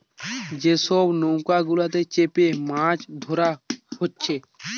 যে সব নৌকা গুলাতে চেপে মাছ ধোরা হচ্ছে